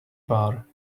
bar